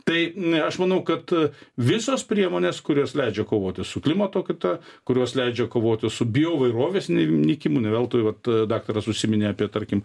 tai aš manau kad visos priemonės kurios leidžia kovoti su klimato kaita kurios leidžia kovoti su bioįvairovės nykimu ne veltui vat daktaras užsiminė apie tarkim